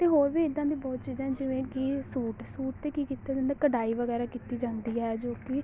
ਅਤੇ ਹੋਰ ਵੀ ਇੱਦਾਂ ਦੇ ਬਹੁਤ ਚੀਜ਼ਾਂ ਜਿਵੇਂ ਕਿ ਸੂਟ ਸੂਟ 'ਤੇ ਕੀ ਕੀਤਾ ਜਾਂਦਾ ਕਢਾਈ ਵਗੈਰਾ ਕੀਤੀ ਜਾਂਦੀ ਹੈ ਜੋ ਕਿ